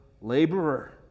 laborer